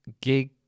gig